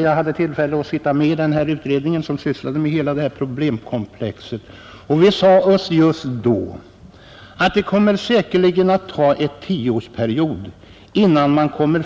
Jag hade tillfälle att sitta med i den utredning som sysslade med hela detta problemkomplex, herr Persson i Heden, och vi sade oss att det kommer säkerligen att ta en tioårsperiod innan man får